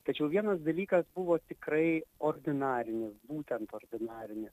tačiau vienas dalykas buvo tikrai ordinarinis būtent ordinarinis